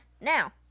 now